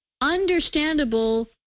Understandable